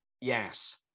Yes